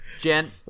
jen